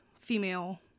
female